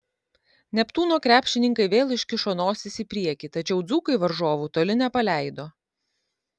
neptūno krepšininkai vėl iškišo nosis į priekį tačiau dzūkai varžovų toli nepaleido